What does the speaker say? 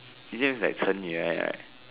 is it is like 成语 like that right